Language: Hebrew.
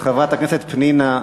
חברת הכנסת פנינה תמנו-שטה,